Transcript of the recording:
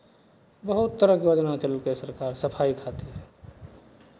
बहुत तरहके योजना चलेलकै सरकार सफाइ खातिर